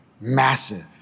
massive